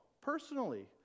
personally